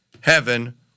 heaven